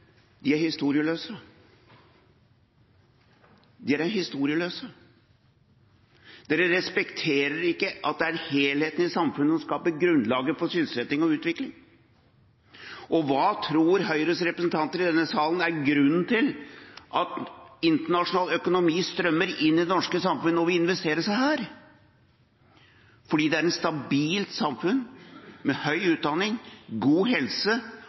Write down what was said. De er historieløse. De er historieløse. De respekterer ikke at det er helheten i samfunnet som skaper grunnlaget for sysselsetting og utvikling. Hva tror Høyres representanter i denne salen er grunnen til at internasjonal økonomi strømmer inn i det norske samfunn og vil investere her? Det er fordi det er et stabilt samfunn med høy utdanning, god helse